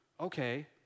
okay